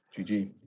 GG